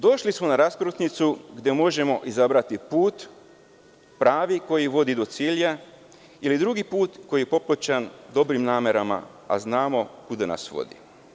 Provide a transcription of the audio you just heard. Došli smo na raskrsnicu gde možemo izabrati put, pravi, koji vodi do cilja ili drugi put koji je popločan dobrim namerama, a znamo kuda nas vodi.